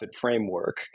framework